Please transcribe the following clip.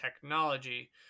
technology